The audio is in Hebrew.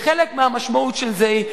וחלק מהמשמעות של זה הוא,